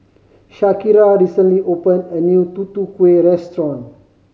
Shakira recently opened a new Tutu Kueh restaurant